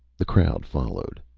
the crowd followed.